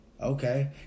Okay